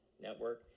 network